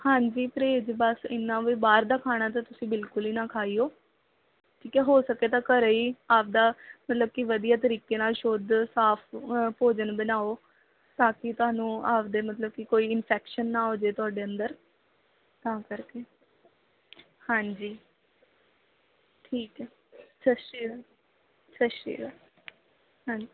ਹਾਂਜੀ ਪ੍ਰਹੇਜ ਬਸ ਇੰਨਾ ਵੀ ਬਾਹਰ ਦਾ ਖਾਣਾ ਤਾਂ ਤੁਸੀਂ ਬਿਲਕੁਲ ਹੀ ਨਾ ਖਾਇਓ ਠੀਕ ਹੈ ਹੋ ਸਕੇ ਤਾਂ ਘਰ ਹੀ ਆਪਣਾ ਮਤਲਬ ਕਿ ਵਧੀਆ ਤਰੀਕੇ ਨਾਲ ਸ਼ੁੱਧ ਸਾਫ਼ ਭੋਜਨ ਬਣਾਓ ਤਾਂ ਕਿ ਤੁਹਾਨੂੰ ਆਪਣੇ ਮਤਲਬ ਕਿ ਕੋਈ ਇਨਫੈਕਸ਼ਨ ਨਾ ਹੋ ਜਾਵੇ ਤੁਹਾਡੇ ਅੰਦਰ ਤਾਂ ਕਰਕੇ ਹਾਂਜੀ ਠੀਕ ਹੈ ਸਤਿ ਸ਼੍ਰੀ ਅਕਾਲ ਸਤਿ ਸ਼੍ਰੀ ਅਕਾਲ ਹਾਂਜੀ